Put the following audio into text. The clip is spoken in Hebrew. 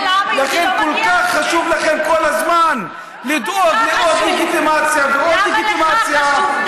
ולכן כל כך חשוב לכם כל הזמן לדאוג לעוד לגיטימציה ולעוד לגיטימציה.